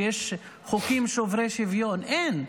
שיש חוקים שוברי שוויון, אין.